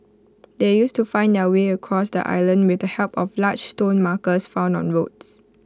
they used to find their way across the island with the help of large stone markers found on roads